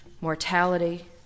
mortality